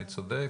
אני צודק?